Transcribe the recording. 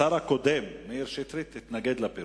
השר הקודם מאיר שטרית התנגד לפירוק.